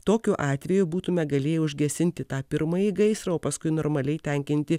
tokiu atveju būtume galėję užgesinti tą pirmąjį gaisrą o paskui normaliai tenkinti